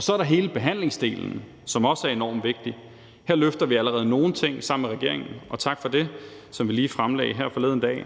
Så er der hele behandlingsdelen, som også er enormt vigtig. Her løfter vi allerede nogle ting sammen med regeringen – og tak for det – som vi lige fremlagde her forleden dag.